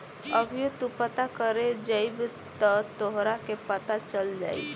अभीओ तू पता करे जइब त तोहरा के पता चल जाई